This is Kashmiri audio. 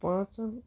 پانٛژَن